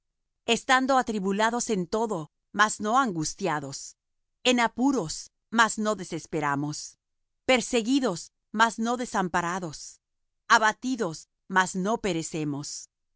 estando atribulados en todo mas no angustiados en apuros mas no desesperamos perseguidos mas no desamparados abatidos mas no perecemos